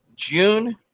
june